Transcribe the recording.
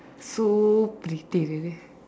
so pretty really